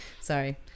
sorry